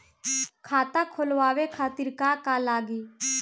खाता खोलवाए खातिर का का लागी?